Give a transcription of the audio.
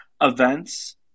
events